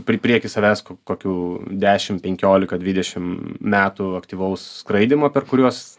pri prieky savęs kokių dešimų penkiolika dvidešim metų aktyvaus skraidymo per kuriuos